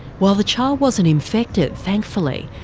while the child wasn't infected, thankfully,